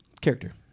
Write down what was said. Character